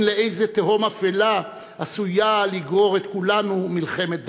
לאיזו תהום אפלה עשויה לגרור את כולנו מלחמת דת.